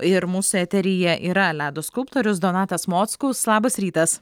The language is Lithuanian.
ir mūsų eteryje yra ledo skulptorius donatas mockus labas rytas